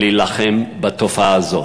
להילחם בתופעה הזאת.